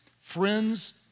friends